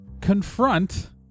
confront